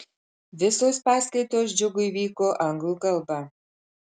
visos paskaitos džiugui vyko anglų kalba